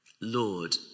Lord